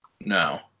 No